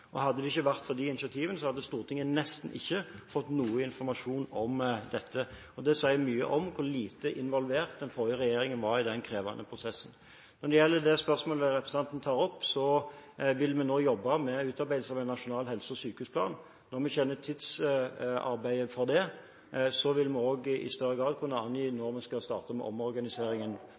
Hadde det ikke vært for de initiativene, hadde Stortinget nesten ikke fått noe informasjon om dette. Det sier mye om hvor lite involvert den forrige regjeringen var i den krevende prosessen. Når det gjelder spørsmålet representanten tar opp, vil vi nå jobbe med utarbeidelse av en nasjonal helse- og sykehusplan. Når vi kjenner tidsperspektivet for den, vil vi også i større grad kunne angi når vi skal starte med omorganiseringen